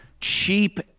cheap